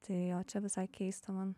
tai jo čia visai keista man